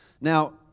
Now